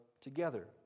together